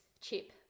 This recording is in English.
Chip